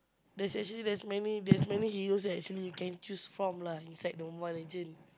there's actually there's many there's many heroes actually you can choose from lah inside the Mobile-Legend